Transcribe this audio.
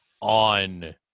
on